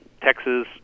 Texas